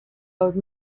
owed